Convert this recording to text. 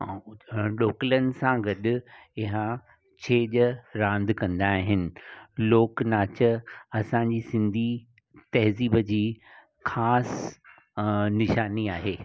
ॾोकिलनि सां गॾु इहा छेॼ रांदि कंदा आहिनि लोकुनाच असांजी सिंधी तहज़ीब जी ख़ासि निशानी आहे